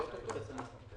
שזה או-טו-טו בעצם.